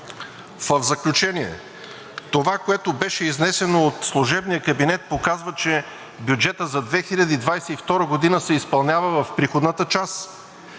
В заключение, това, което беше изнесено от служебния кабинет, показва, че бюджетът за 2022 г. се изпълнява в приходната част,